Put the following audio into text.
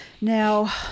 Now